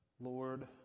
Lord